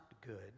good